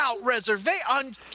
reservation